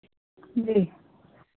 जी